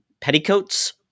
petticoats